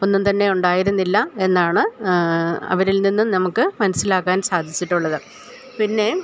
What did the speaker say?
ഒന്നും തന്നെ ഉണ്ടായിരുന്നില്ല എന്നാണ് അവരിൽ നിന്നും നമുക്കു മനസ്സിലാക്കാൻ സാധിച്ചിട്ടുള്ളത് പിന്നെ